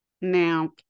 Now